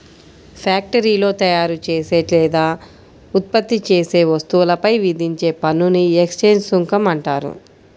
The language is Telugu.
ఫ్యాక్టరీలో తయారుచేసే లేదా ఉత్పత్తి చేసే వస్తువులపై విధించే పన్నుని ఎక్సైజ్ సుంకం అంటారు